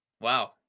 wow